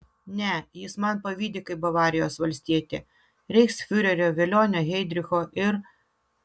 ne jis man pavydi kaip bavarijos valstietė reichsfiurerio velionio heidricho ir